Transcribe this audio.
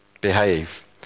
behave